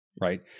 right